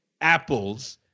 apples